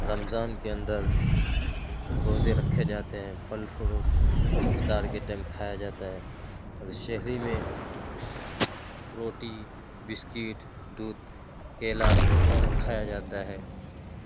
رمضان کے اندر روزے رکھے جاتے ہیں پھل فروٹ افطار کے ٹائم کھایا جاتا ہے اور سحری میں روٹی بسکٹ دودھ کیلا یہ سب کھایا جاتا ہے